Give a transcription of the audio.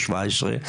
17,